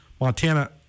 Montana